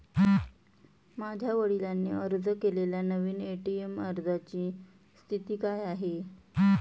माझ्या वडिलांनी अर्ज केलेल्या नवीन ए.टी.एम अर्जाची स्थिती काय आहे?